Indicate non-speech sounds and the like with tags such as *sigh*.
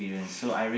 *breath*